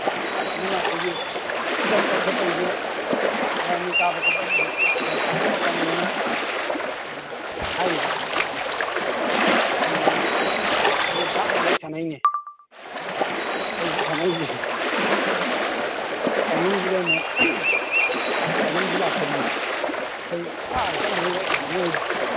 ꯁꯣꯝ ꯅꯥꯀꯟꯗꯅ ꯑꯩꯈꯣꯏꯒꯤ ꯆꯠꯄ ꯈꯣꯠꯄꯒꯤꯁꯦ ꯕꯥꯔꯨꯅꯤ ꯀꯥꯕ ꯈꯣꯠꯄ ꯍꯥꯏꯁꯦ ꯍꯧꯖꯤꯛꯇꯤ ꯌꯥꯝ ꯁꯣꯡꯉ ꯃꯇꯝꯅꯦꯅ ꯑꯅ ꯍꯥꯏꯔꯤꯕ ꯁꯣꯡꯕ ꯃꯇꯝꯅꯦꯅ ꯑꯗꯨ ꯊꯥꯞꯅ ꯋꯥꯔꯤ ꯁꯥꯅꯩꯅꯤ ꯑꯩ ꯍꯧꯖꯤꯛ ꯁꯥꯅꯩꯁꯦ ꯇꯥꯏꯃꯤꯡꯁꯤꯗ ꯑꯃꯨꯛ ꯐꯣꯟ ꯑꯝꯁꯨ ꯂꯥꯛꯁꯤꯜꯂꯤ ꯑꯩꯈꯣꯏ ꯑꯥ ꯆꯠꯅꯕꯒꯤ ꯋꯥꯔꯤ ꯁꯥꯟꯅꯩꯉꯥꯏꯗ